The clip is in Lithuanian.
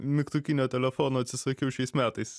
mygtukinio telefono atsisakiau šiais metais